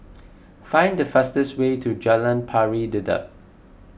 find the fastest way to Jalan Pari Dedap